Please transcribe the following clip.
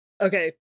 okay